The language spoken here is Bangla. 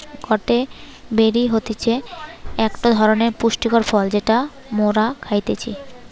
গটে বেরি হতিছে একটো ধরণের পুষ্টিকর ফল যেটা মোরা খাইতেছি